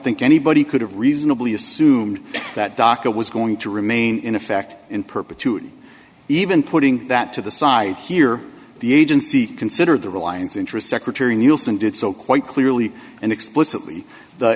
think anybody could have reasonably assumed that docket was going to remain in effect in perpetuity even putting that to the side here the agency considered the reliance interest secretary nicholson did so quite clearly and explicitly the